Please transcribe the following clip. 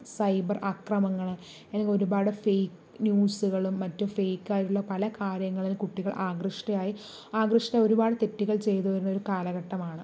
cyber ആക്രമങ്ങൾ അല്ലെങ്കിൽ ഒരുപാട് ഫെയ്ക്ക് ന്യൂസുകളും മറ്റും ഫെയിക്കായിട്ടുള്ള പല കാര്യങ്ങളിലും കുട്ടികൾ ആകൃഷ്ടയായി ആകൃഷ്ട ഒരുപാട് തെറ്റുകൾ ചെയ്തു വരുന്ന ഒരു കാലഘട്ടമാണ്